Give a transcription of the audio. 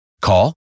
Call